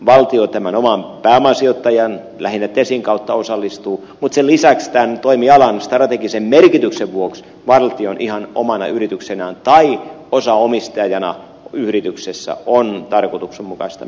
valtio tämän oman pääomasijoittajan lähinnä tesin kautta osallistuu mutta sen lisäksi tämän toimialan strategisen merkityksen vuoksi valtion ihan omana yrityksenään tai osaomistajana yrityksessä on tarkoituksenmukaisten